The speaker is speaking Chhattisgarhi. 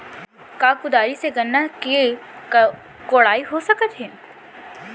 का कुदारी से गन्ना के कोड़ाई हो सकत हे?